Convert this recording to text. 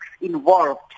involved